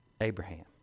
Abraham